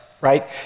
right